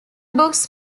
books